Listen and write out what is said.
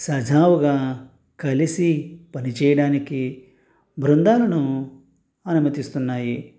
సజావుగా కలిసి పని చేయడానికి బృందాలను అనుమతిస్తున్నాయి